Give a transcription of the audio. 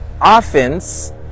offense